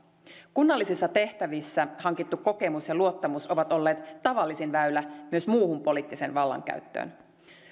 kunnallisissa tehtävissä hankittu kokemus ja luottamus ovat olleet tavallisin väylä myös muuhun poliittiseen vallankäyttöön